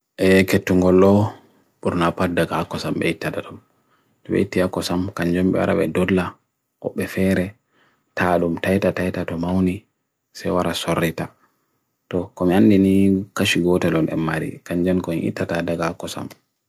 eketungo lo burunapa dagakosam eketatatum eketatakosam kanjum barawe dodla upefehre tadum taita taita tumawni sewara sorreta to kumyanini kashigotelun emmari kanjum koyin itatatakosam